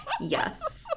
yes